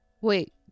wait